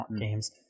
games